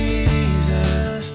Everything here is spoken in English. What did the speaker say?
Jesus